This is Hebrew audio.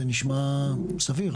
זה נשמע סביר,